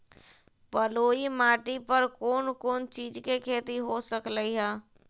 बलुई माटी पर कोन कोन चीज के खेती हो सकलई ह?